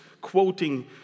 quoting